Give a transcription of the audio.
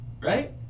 Right